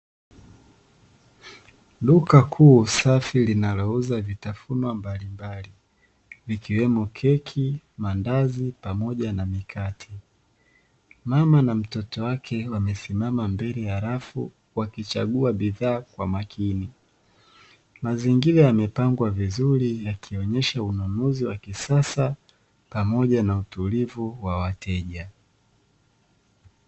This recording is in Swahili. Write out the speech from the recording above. Duka kuu safi linalouza vitafunwa mbalimbali vikiwemo Keki, Maandazi, pamoja na Mikate. Mama na mtoto wake wamesimama mbele halafu wakichagua bidhaa kwa makini, mazingira yamepangwa vizuri yakionesha ununuzi wa kisasa pamoja na utulivu wa wateja.